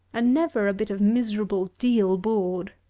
and never a bit of miserable deal board.